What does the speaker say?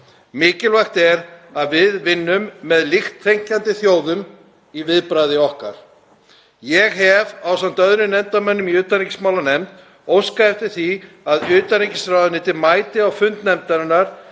Mikilvægt er að við vinnum með líkt þenkjandi þjóðum í viðbragði okkar. Ég hef ásamt öðrum nefndarmönnum í utanríkismálanefnd óskað eftir því að utanríkisráðuneytið mæti á fund nefndarinnar